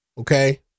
Okay